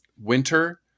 winter